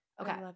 Okay